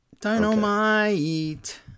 Dynamite